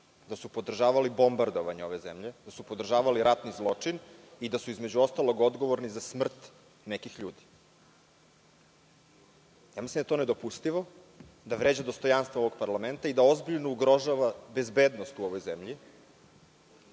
da su podržavali bombardovanje ove zemlje, da su podržavali ratni zločin i da su između ostalih odgovorni za smrt nekih ljudi. Mislim da je to nedopustivo, da vređa dostojanstvo ovog parlamenta i da ozbiljno ugrožava bezbednost u ovoj zemlji.